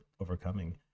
overcoming